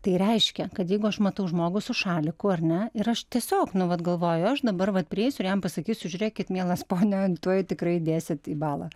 tai reiškia kad jeigu aš matau žmogų su šaliku ar ne ir aš tiesiog nu vat galvoju aš dabar vat prieisiu ir jam pasakysiu žiūrėkit mielas pone tuoj tikrai dėsit į balą